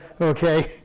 Okay